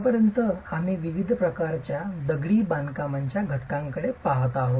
आतापर्यंत आम्ही विविध प्रकारच्या दगडी बांधकामाच्या घटकांकडे पहात आहोत